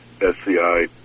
SCI